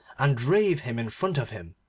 and drave him in front of him.